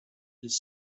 his